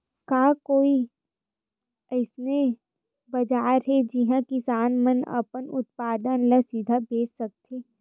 का कोई अइसे बाजार हे जिहां किसान मन अपन उत्पादन ला सीधा बेच सकथे?